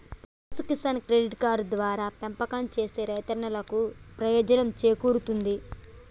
పశు Kisan credit card ద్వారా పెంపకం సేసే రైతన్నలకు ప్రయోజనం సేకూరుతుంది